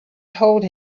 told